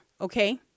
okay